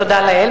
תודה לאל,